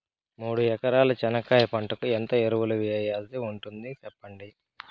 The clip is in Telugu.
మూడు ఎకరాల చెనక్కాయ పంటకు ఎంత ఎరువులు వేయాల్సి ఉంటుంది సెప్పండి?